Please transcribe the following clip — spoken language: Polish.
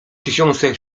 tysiące